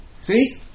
See